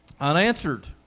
unanswered